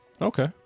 Okay